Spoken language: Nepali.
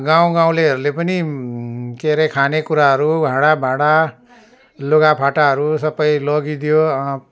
गाउँ गाउँलेहरूले पनि के अरे खाने कुराहरू हाडा भाँडा लुगा फाटाहरू सबै लगिदियो